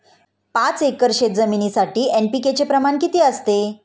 पाच एकर शेतजमिनीसाठी एन.पी.के चे प्रमाण किती असते?